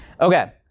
Okay